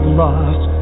lost